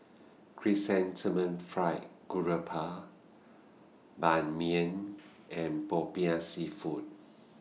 Chrysanthemum Fried Garoupa Ban Mian and Popiah Seafood